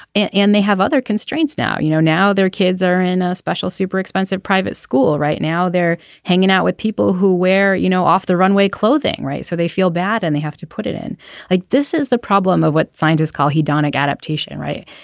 and they have other constraints now. you know now their kids are in special super expensive private school right now they're hanging out with people who wear you know off the runway clothing right. so they feel bad and they have to put it in like this is the problem of what scientists call he donaghy adaptation right.